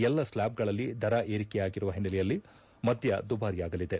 ಎಲ್ಲ ಸ್ಟಾಚ್ಗಳಲ್ಲಿ ದರ ಏರಿಕೆಯಾಗಿರುವ ಹಿನ್ನೆಲೆಯಲ್ಲಿ ಮದ್ಯ ದುಬಾರಿಯಾಗಲಿದೆ